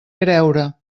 creure